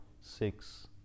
six